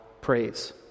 praise